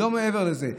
לא מעבר לזה.